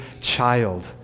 child